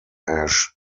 ash